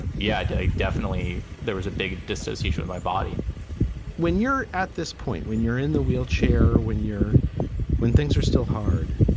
yeah, i definitely there was a big dissociation in my body when you're at this point, when you're in the wheelchair, when you're when things are still hard.